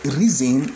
reason